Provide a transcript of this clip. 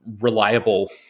reliable